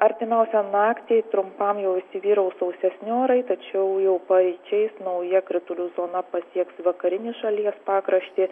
artimiausią naktį trumpam jau įsivyraus sausesni orai tačiau jau paryčiais nauja kritulių zona pasieks vakarinį šalies pakraštį